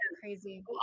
crazy